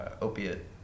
opiate